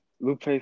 Lupe